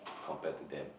compared to them